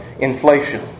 inflation